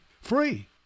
free